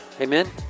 amen